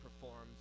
performs